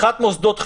פתיחת מוסדות חינוך,